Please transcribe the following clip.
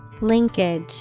Linkage